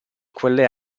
quelle